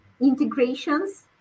integrations